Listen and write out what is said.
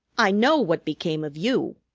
i know what became of you.